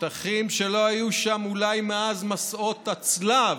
שטחים שלא היו שם אולי מאז מסעות הצלב?